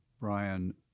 Brian